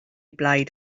blaid